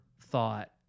thought